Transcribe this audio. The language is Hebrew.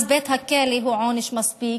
אז בית הכלא הוא עונש מספיק.